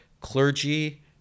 Clergy